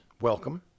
welcome